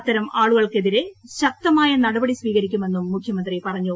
അത്തരം ആളുകൾക്കെതിരെ ശക്തമായ നടപടി സ്വീകരിക്കുമെന്നും മുഖ്യമന്ത്രി പറഞ്ഞു